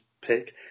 pick